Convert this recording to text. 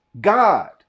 God